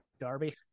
Darby